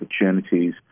opportunities